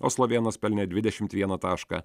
o slovėnas pelnė dvidešimt vieną tašką